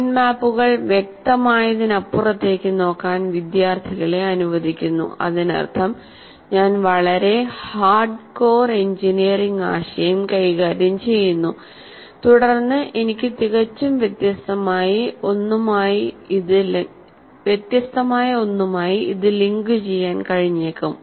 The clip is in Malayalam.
മൈൻഡ് മാപ്പുകൾ വ്യക്തമായതിനപ്പുറത്തേക്ക് നോക്കാൻ വിദ്യാർത്ഥികളെ അനുവദിക്കുന്നു അതിനർത്ഥം ഞാൻ വളരെ ഹാർഡ്കോർ എഞ്ചിനീയറിംഗ് ആശയം കൈകാര്യം ചെയ്യുന്നു തുടർന്ന് എനിക്ക് തികച്ചും വ്യത്യസ്തമായ ഒന്നുമായി ഇത് ലിങ്കുചെയ്യാൻ കഴിഞ്ഞേക്കും